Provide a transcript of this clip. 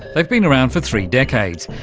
they've been around for three decades,